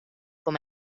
com